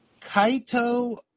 Kaito